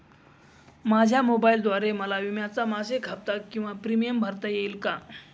माझ्या मोबाईलद्वारे मला विम्याचा मासिक हफ्ता किंवा प्रीमियम भरता येईल का?